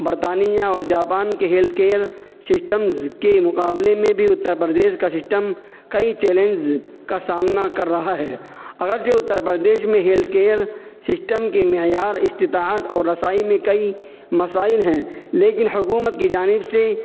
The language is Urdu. برطانیہ اور جاپان کے ہیلتھ کیئر سسٹمز کے مقابلے میں بھی اتّر پردیش کا سسٹم کئی چیلنز کا سامنا کر رہا ہے اگرچہ اتّر پردیش میں ہیلتھ کیئر سسٹم کے معیار استطاعت اور رسائی میں کئی مسائل ہیں لیکن حکومت کی جانب سے